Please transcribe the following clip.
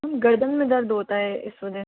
गर्दन में दर्द होता है इस वजह से